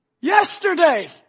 Yesterday